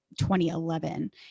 2011